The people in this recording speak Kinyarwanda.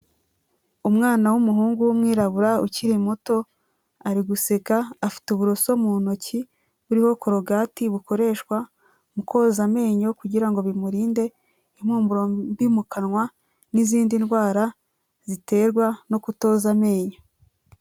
Umwana w'umuhungu, w'umwirabura ukiri muto, ari guseka, afite uburoso mu ntoki buriho Korogati, bukoreshwa mu koza amenyo kugira ngo bimurinde impumuro mbi mukanwa, n'izindi ndwara ziterwa no kutoza amenyo.